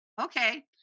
Okay